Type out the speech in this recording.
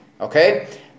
okay